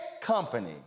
company